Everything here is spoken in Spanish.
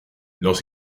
los